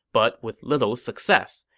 but with little success.